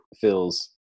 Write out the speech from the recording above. feels